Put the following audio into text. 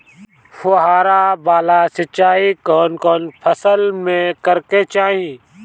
फुहारा वाला सिंचाई कवन कवन फसल में करके चाही?